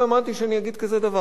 אני אוסיף עוד שלוש מלים,